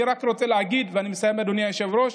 אני רק רוצה להגיד, ואני מסיים, אדוני היושב-ראש,